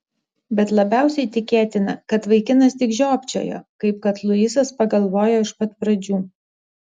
bet labiausiai tikėtina kad vaikinas tik žiopčiojo kaip kad luisas pagalvojo iš pat pradžių